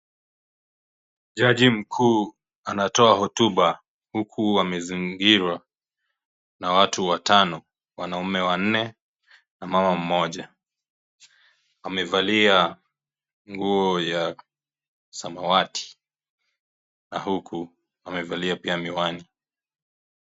Jaji mkuu anatoa hotuba huku amezingirwa na watu watano wanaume wanne na mama mmoja. Amevalia nguo ya Samawati na huku amevalia pia miwani.